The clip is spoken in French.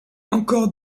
encore